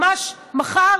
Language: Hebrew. ממש מחר,